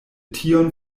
tion